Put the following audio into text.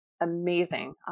amazing